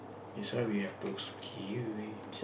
that's why we have to